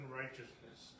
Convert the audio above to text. righteousness